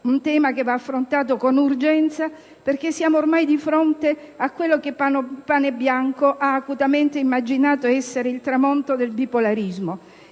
riforme, che va affrontato con urgenza perché siamo ormai di fronte a quello che Panebianco ha acutamente immaginato essere il tramonto del bipolarismo.